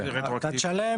ברטרואקטיבי.